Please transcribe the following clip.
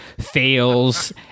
fails